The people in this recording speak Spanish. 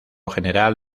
general